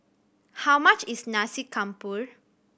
how much is Nasi Campur